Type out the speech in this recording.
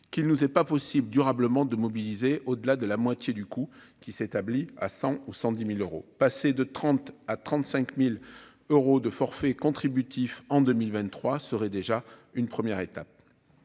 qui ne nous est pas possible durablement de mobiliser au-delà de la moitié du coût, qui s'établit à 100 ou 110000 euros, passé de 30 à 35000 euros de forfait contributif en 2023 serait déjà une première étape.